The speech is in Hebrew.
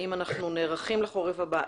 האם אנחנו נערכים לחורף הבא,